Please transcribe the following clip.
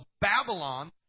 Babylon